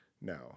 no